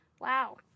Wow